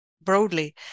broadly